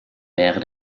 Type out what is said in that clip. wäre